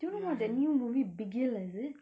do you know that new movie bigil is it